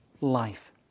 life